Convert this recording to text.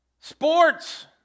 Sports